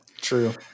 True